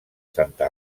santa